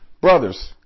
brothers